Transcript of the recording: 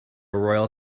royal